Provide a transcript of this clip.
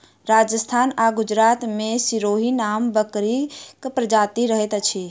राजस्थान आ गुजरात मे सिरोही नामक बकरीक प्रजाति रहैत अछि